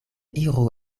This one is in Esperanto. iru